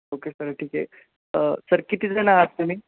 okay sir ठीक आहे sir किती जण आहात तुम्ही